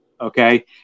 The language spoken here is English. Okay